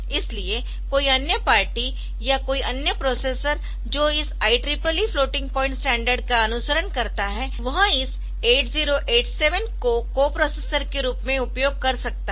इसलिए कोई अन्य पार्टी या कोई अन्य प्रोसेसर जो इस IEEE फ्लोटिंग पॉइंट स्टैंडर्ड का अनुसरण करता है वह इस 8087 को कोप्रोसेसर के रूप में उपयोग कर सकता है